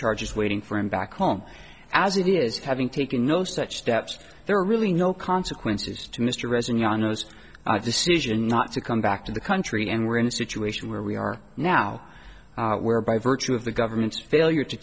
charges waiting for him back home as it is having taken no such steps there are really no consequences to mr reza jaan those decision not to come back to the country and we're in a situation where we are now where by virtue of the government's failure to